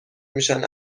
میشن